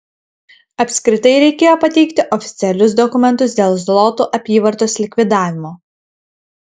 apskritai reikėjo pateikti oficialius dokumentus dėl zlotų apyvartos likvidavimo